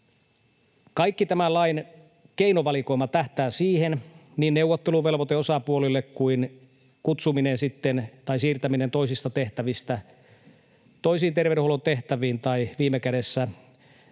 Koko tämän lain keinovalikoima, niin neuvotteluvelvoite osapuolille kuin sitten kutsuminen tai siirtäminen toisista tehtävistä toisiin terveydenhuollon tehtäviin tai viime kädessä